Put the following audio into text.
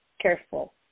careful